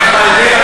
אתה מתבלבל,